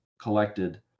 collected